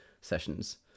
sessions